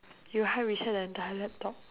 you hard reset the entire laptop